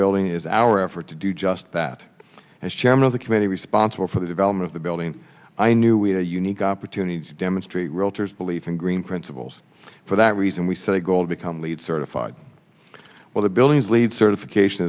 building is our effort to do just that as chairman of the committee responsible for the development of the building i knew we had a unique opportunity to demonstrate realtors believe in green principles for that reason we set a goal become lead certified well the building is leed certification